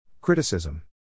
Criticism